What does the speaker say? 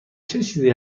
چیزی